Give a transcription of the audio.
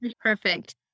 perfect